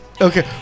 Okay